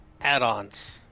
add-ons